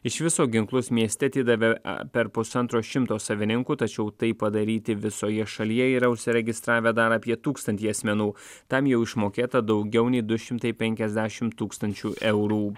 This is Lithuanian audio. iš viso ginklus mieste atidavė per pusantro šimto savininkų tačiau tai padaryti visoje šalyje yra užsiregistravę dar apie tūkstantį asmenų tam jau išmokėta daugiau nei du šimtai penkiasdešim tūkstančių eurų